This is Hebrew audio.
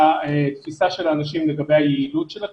התפיסה של אנשים לגבי היעילות של הכלי,